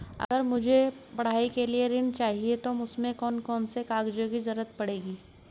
अगर मुझे पढ़ाई के लिए ऋण चाहिए तो उसमें कौन कौन से कागजों की जरूरत पड़ेगी?